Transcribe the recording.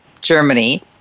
Germany